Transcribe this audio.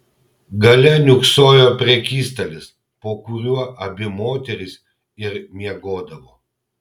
gale niūksojo prekystalis po kuriuo abi moterys ir miegodavo